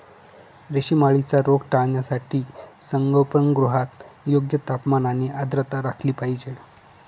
रेशीम अळीचा रोग टाळण्यासाठी संगोपनगृहात योग्य तापमान आणि आर्द्रता राखली पाहिजे